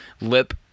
lip